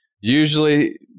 Usually